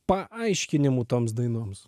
paaiškinimų toms dainoms